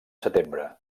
setembre